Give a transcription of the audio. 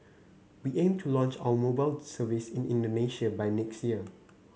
we aim to launch our mobile service in Indonesia by next year